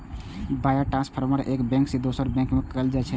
wire transfer एक bank सं दोसर बैंक में कैल जाइ छै